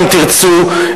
אם תרצו,